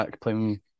playing